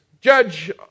Judge